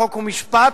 חוק ומשפט,